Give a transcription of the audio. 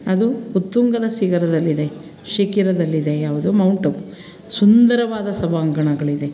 ಅದು ಉತ್ತುಂಗದ ಶಿಖರದಲ್ಲಿದೆ ಶಿಖರದಲ್ಲಿದೆ ಯಾವುದು ಮೌಂಟ್ ಅಬು ಸುಂದರವಾದ ಸಭಾಂಗಣಗಳಿದೆ